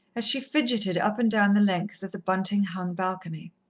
as she fidgeted up and down the length of the bunting-hung balcony.